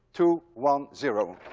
two, one, zero.